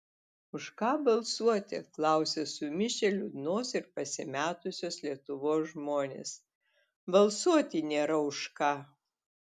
už ką balsuoti klausia sumišę liūdnos ir pasimetusios lietuvos žmonės balsuoti nėra už ką